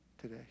today